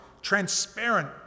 transparent